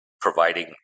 providing